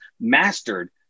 mastered